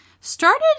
started